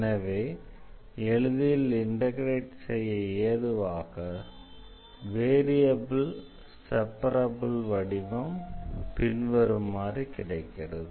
எனவே எளிதில் இண்டெக்ரேட் செய்ய ஏதுவாக வேரியபிள் செப்பரப்பிள் வடிவம் பின்வருமாறு கிடைக்கிறது